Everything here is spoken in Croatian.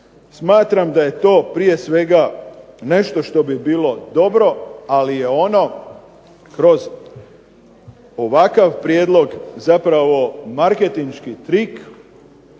smatram da je to prije svega nešto što bi bilo dobro, ali je ono kroz ovakav prijedlog zapravo marketinški trik